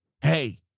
hey